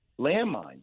landmines